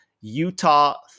Utah